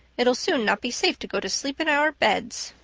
it'll soon not be safe to go to sleep in our beds.